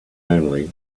only